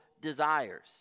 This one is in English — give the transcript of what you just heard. desires